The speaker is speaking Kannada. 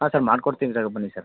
ಹಾಂ ಸರ್ ಮಾಡ್ಕೊಡ್ತೀವಿ ಸರ್ ಬನ್ನಿ ಸರ್